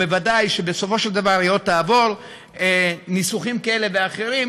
בוודאי שבסופו של דבר היא עוד תעבור ניסוחים כאלה ואחרים